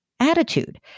attitude